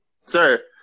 Sir